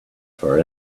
for